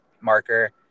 marker